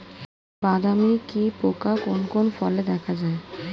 বাদামি কি পোকা কোন কোন ফলে দেখা যায়?